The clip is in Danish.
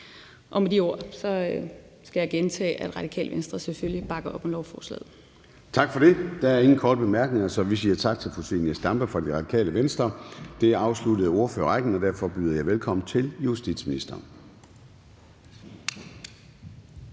Og med de ord skal jeg gentage, at Radikale Venstre selvfølgelig bakker op om lovforslaget. Kl. 14:24 Formanden (Søren Gade): Tak for det. Der er ingen korte bemærkninger, så vi siger tak til fru Zenia Stampe fra Radikale Venstre. Det afsluttede ordførerrækken, og derfor byder jeg velkommen til justitsministeren.